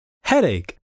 headache